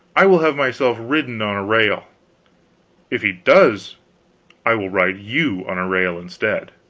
i will have myself ridden on a rail if he does i will ride you on a rail instead.